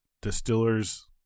distiller's